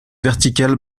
vertical